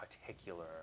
particular